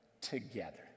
together